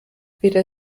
weder